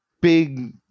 big